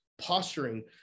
posturing